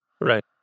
Right